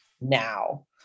now